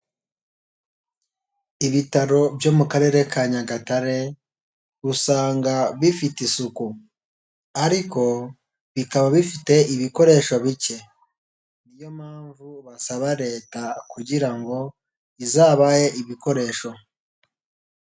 Ibitaro byo mu Karere ka Nyagatare usanga bifite isuku, ariko bikaba bifite ibikoresho bike, niyo mpamvu basaba leta kugira ngo izabahe ibikoresho.